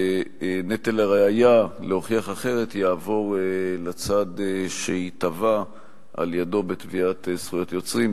ונטל הראיה להוכיח אחרת יעבור לצד שייתבע על-ידיו בתביעת זכויות יוצרים.